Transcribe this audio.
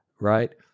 right